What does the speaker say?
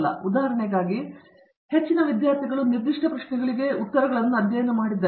ಉದಾಹರಣೆಗಾಗಿ ಹೆಚ್ಚಿನ ವಿದ್ಯಾರ್ಥಿಗಳು ನಿರ್ದಿಷ್ಟ ಪ್ರಶ್ನೆಗಳಿಗೆ ಉತ್ತರಗಳನ್ನು ಅಧ್ಯಯನ ಮಾಡಿದ್ದಾರೆ